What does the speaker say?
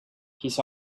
his